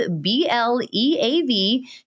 B-L-E-A-V